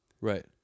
Right